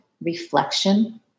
reflection